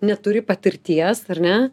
neturi patirties ar ne